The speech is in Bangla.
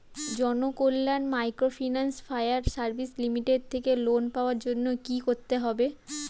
Janakalyan microfinance fire service limited থেকে লোন পাওয়ার জন্য কি করতে হবে?